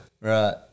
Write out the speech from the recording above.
right